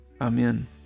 amen